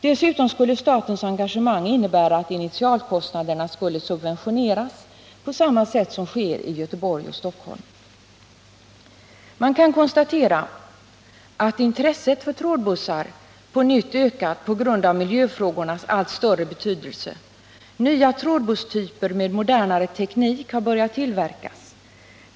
Dessutom skulle statens engagemang innebära att initialkostnaderna skulle subventioneras på samma sätt som skett i Göteborg och Stockholm. Man kan konstatera att intresset för trådbussarna på nytt ökat på grund av miljöfrågornas allt större betydelse. Nya trådbusstyper med modernare teknik har börjat tillverkas.